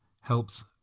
helps